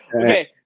Okay